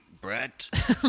Brett